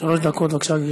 שלוש דקות לרשותך, בבקשה.